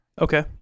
okay